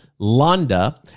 Londa